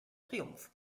triumph